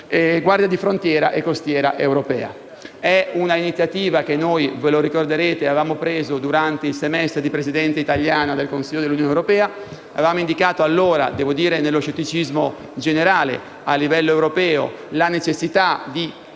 Guardia costiera e di frontiera europea. È un'iniziativa che noi, lo ricorderete, avevamo preso durante il semestre di Presidenza italiana del Consiglio dell'Unione europea. Avevamo indicato allora, devo dire nello scetticismo generale a livello europeo, la necessità di